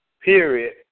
period